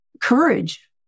courage